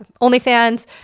OnlyFans